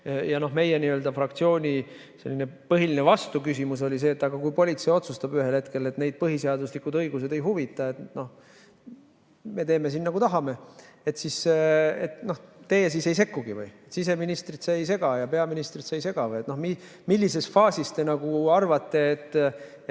jne. Meie fraktsiooni põhiline vastuküsimus oli see, et aga kui politsei otsustab ühel hetkel, et neid põhiseaduslikud õigused ei huvita ja nad teevad, nagu tahavad, kas siis teie ei sekkugi või. Siseministrit see ei sega ja peaministrit see ei sega või? Millises faasis te arvate, et